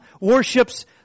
worships